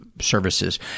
services